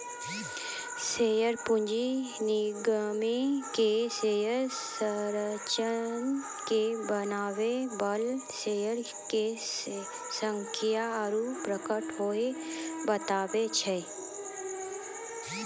share पूंजी निगमो के शेयर संरचना के बनाबै बाला शेयरो के संख्या आरु प्रकार सेहो बताबै छै